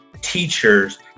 teachers